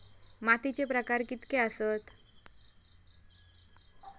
मातीचे प्रकार कितके आसत?